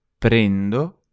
Prendo